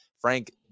Frank